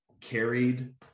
carried